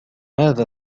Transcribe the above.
ماذا